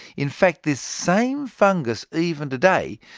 in fact, this same fungus, even today,